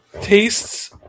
tastes